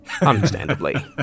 Understandably